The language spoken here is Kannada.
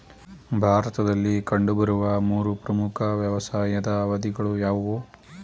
ಭಾರತದಲ್ಲಿ ಕಂಡುಬರುವ ಮೂರು ಪ್ರಮುಖ ವ್ಯವಸಾಯದ ಅವಧಿಗಳು ಯಾವುವು?